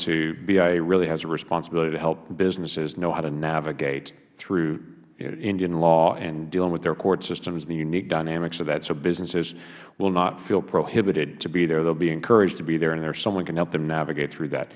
to bia really has a responsibility to help businesses know how to navigate through indian law and dealing with their court systems and unique dynamics of that so businesses will not feel prohibited to be there they will be encouraged to be there and someone can help them navigate through that